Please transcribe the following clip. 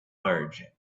large